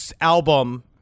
album